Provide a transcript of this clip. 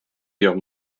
guerre